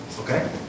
Okay